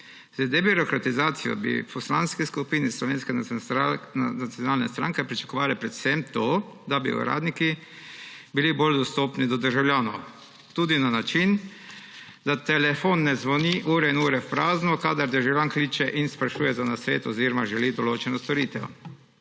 Z debirokratizacijo bi v Poslanski skupini Slovenske nacionalne stranke pričakovali predvsem to, da bi uradniki bili bolj dostopni do državljanov tudi na način, da telefon ne zvoni ure in ure v prazno, kadar državljan kliče in sprašuje za nasvet oziroma želi določeno storitev.